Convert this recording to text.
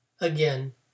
again